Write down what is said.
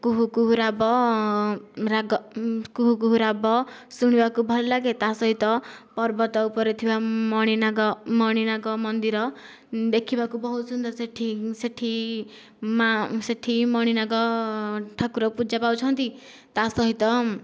କୁହୁ କୁହୁ ରାବ ରାଗ କୁହୁ କୁହୁ ରାବ ଶୁଣିବାକୁ ଭଲ ଲାଗେ ତାହା ସହିତ ପର୍ବତ ଉପରେ ଥିବା ମଣିନାଗ ମଣିନାଗ ମନ୍ଦିର ଦେଖିବାକୁ ବହୁତ ସୁନ୍ଦର ସେଠି ସେଠି ମା ସେଠି ମଣିନାଗ ଠାକୁର ପୂଜା ପାଉଛନ୍ତି ତା ସହିତ